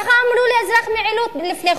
ככה אמרו לאזרח מעילוט לפני חודש.